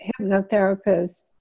hypnotherapist